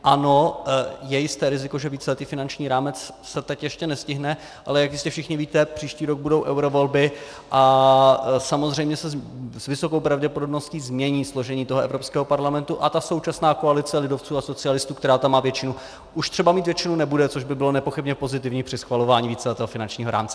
Ano, je jisté riziko, že víceletý finanční rámec se teď ještě nestihne, ale jak jistě všichni víte, příští rok budou eurovolby a samozřejmě se s vysokou pravděpodobností změní složení toho Evropského parlamentu a současná koalice lidovců a socialistů, která tam má většinu, už třeba mít většinu nebude, což by bylo nepochybně pozitivní při schvalování víceletého finančního rámce.